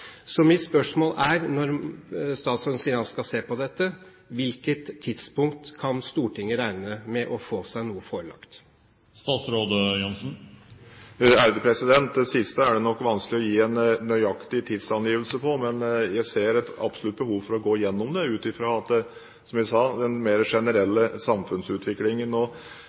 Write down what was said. Så mitt spørsmål er: Statsråden sier han skal se på dette. Hvilket tidspunkt kan Stortinget regne med å få seg noe forelagt? Det siste er nok det vanskelig å gi en nøyaktig tidsangivelse for, men jeg ser absolutt et behov for å gå igjennom dette ut fra – som jeg sa – den mer generelle samfunnsutviklingen.